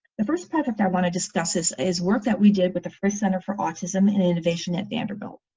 the first product i want to discuss this is work that we did with the first center for autism and innovation at vanderbilt.